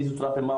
פיזיותרפיה,